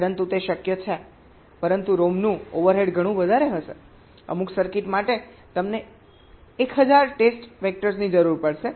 પરંતુ તે શક્ય છે પરંતુ ROM નું ઓવરહેડ ઘણું વધારે હશે અમુક સર્કિટ માટે તમને 1000 ટેસ્ટ વેક્ટર્સની જરૂર પડશે